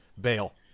bail